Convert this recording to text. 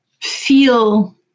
feel